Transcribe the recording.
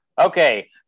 Okay